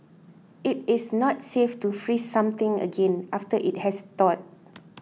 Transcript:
it is not safe to freeze something again after it has thawed